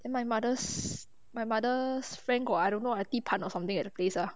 then my mother's my mother's friend got a I don't know ah a 地盘 or something at the place ah